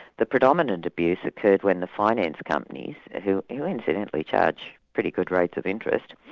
the predominant abuse occurred when the finance companies, who who incidentally charged pretty good rates of interest,